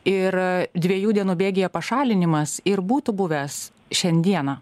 ir dviejų dienų bėgyje pašalinimas ir būtų buvęs šiandieną